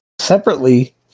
Separately